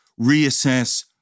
reassess